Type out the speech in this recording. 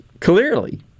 clearly